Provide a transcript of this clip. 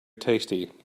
tasty